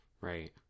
Right